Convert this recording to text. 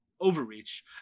overreach